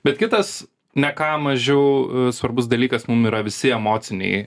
bet kitas ne ką mažiau svarbus dalykas mum yra visi emociniai